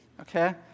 okay